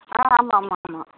ஆ ஆமாம் ஆமாம் ஆமாம்